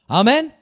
amen